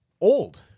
old